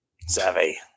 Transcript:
Savvy